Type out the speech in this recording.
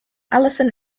allison